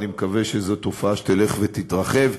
ואני מקווה שזו תופעה שתלך ותתרחב,